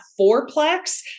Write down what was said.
fourplex